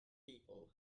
people